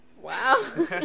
Wow